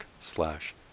slash